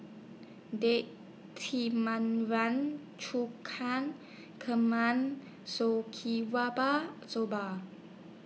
Date and Soba